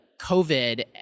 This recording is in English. COVID